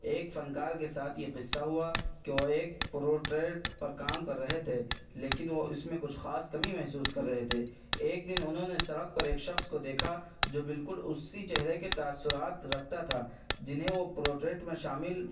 ایک فنکار کے ساتھ یہ قصہ ہوا کہ وہ ایک پروٹریٹ پر کام کر رہے تھے لیکن وہ اس میں کچھ خاص کمی محسوس کر رہے تھے ایک دن انہوں نے سڑک پر ایک شخص کو دیکھا جو بالکل اسی چہرے کے تاثرات رکھتا تھا جنہیں وہ پروٹریٹ میں شامل